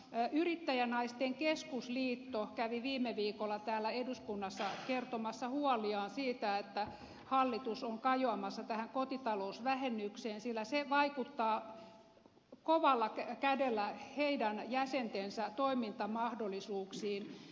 jopa yrittäjänaisten keskusliitto kävi viime viikolla täällä eduskunnassa kertomassa huoliaan siitä että hallitus on kajoamassa kotitalousvähennykseen sillä se vaikuttaa kovalla kädellä heidän jäsentensä toimintamahdollisuuksiin